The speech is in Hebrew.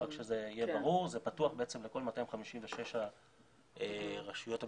זה פתוח בעצם לכל 256 הרשויות המקומיות,